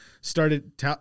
started